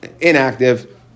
inactive